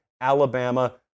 Alabama